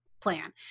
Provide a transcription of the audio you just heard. plan